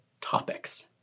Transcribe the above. topics